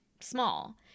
small